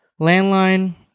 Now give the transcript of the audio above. Landline